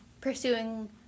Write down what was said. pursuing